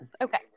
Okay